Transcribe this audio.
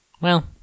Well-